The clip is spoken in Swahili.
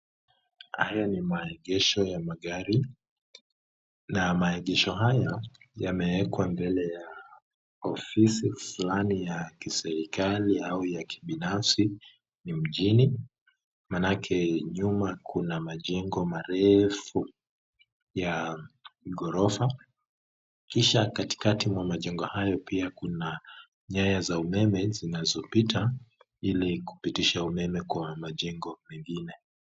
Haya ni maegesho ya magari na maegesho haya yamewekwa mbele ya ofisi flani ya kiserikali au ya kibinafsi. Ni mjini, manake nyuma kuna majengo marefu ya ghorofa kisha katikati mwa majengo hayo pia kuna nyaya za umeme zinazopita ili kupitisha umeme kwa majengo mengine.